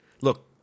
Look